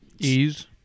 Ease